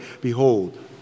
Behold